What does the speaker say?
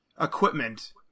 equipment